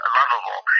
lovable